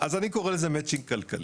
אז אני קורא לזה מצ'ינג כלכלי.